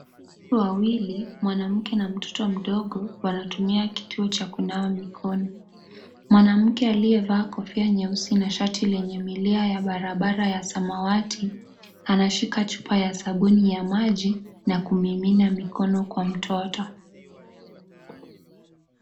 Watu wawili, mwanamke na mtoto mdogo wanatumia kituo cha kunawa mikono. Mwanamke aliyevaa kofia nyeusi na shati lenye milia ya bara bara ya samawati, anashika chupa ya sabuni ya maji, na kumimina mikono kwa mtoto.